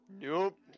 Nope